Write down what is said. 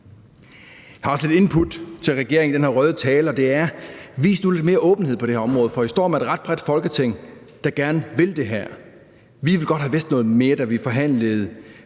Jeg har også lidt input til regeringen i den her røde tale, og det er: Vis nu lidt mere åbenhed på det her område, for I står med et ret bredt Folketing, der gerne vil det her. Dengang vi forhandlede